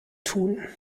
tun